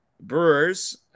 Brewers